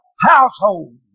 household